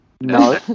No